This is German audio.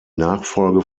nachfolge